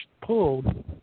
pulled